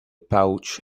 pouch